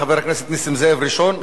חבר הכנסת נסים זאב ראשון.